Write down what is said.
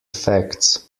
effects